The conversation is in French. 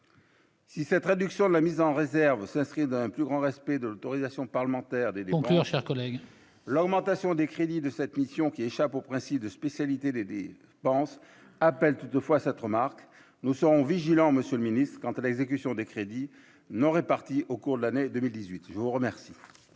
Si cette réduction de la mise en réserve, ça serait d'un plus grand respect de l'théorisation parlementaires des. Pourquoi, chers collègues. L'augmentation des crédits de cette mission qui échappent au principe de spécialité DD pense appelle toutefois cette remarque : nous serons vigilants, Monsieur le Ministre, quant à l'exécution des crédits non répartis au cours de l'année 2018 qui vous remercie.